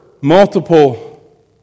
Multiple